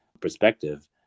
perspective